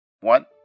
one